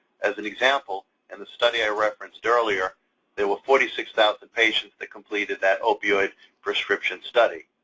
as an example, in the study i referenced earlier there were forty six thousand patients that completed that opioid prescription study.